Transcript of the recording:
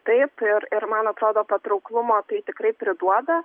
taip ir ir man atrodo patrauklumo tai tikrai priduoda